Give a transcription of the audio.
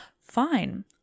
fine